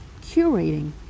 curating